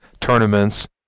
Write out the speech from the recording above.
tournaments